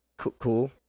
Cool